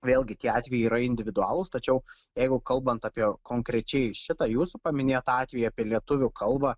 vėlgi tie atvejai yra individualūs tačiau jeigu kalbant apie konkrečiai šitą jūsų paminėtą atvejį apie lietuvių kalbą